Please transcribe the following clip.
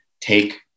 Take